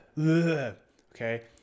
Okay